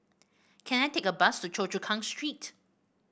can I take a bus to Choa Chu Kang Street